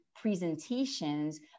presentations